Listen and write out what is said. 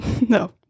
No